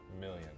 million